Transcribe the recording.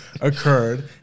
occurred